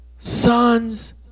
sons